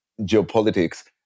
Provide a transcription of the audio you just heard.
geopolitics